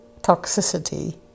toxicity